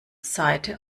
seite